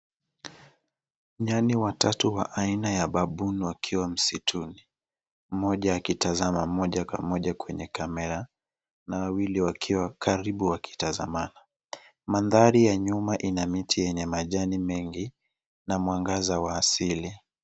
Nyani watatu wa aina ya baboon wakiwa msituni mmoja akitazama moja kwa moja kwenye kamera na wawili wakiwa karibu wakitazamana mandhari ya nyuma ina miti yenye majani mengi na mwangaza wa asili.